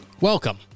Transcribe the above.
welcome